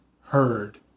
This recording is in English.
heard